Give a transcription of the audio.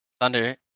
thunder